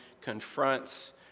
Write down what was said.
confronts